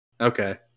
Okay